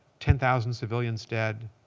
ten thousand civilians dead.